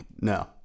No